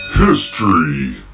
HISTORY